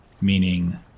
Meaning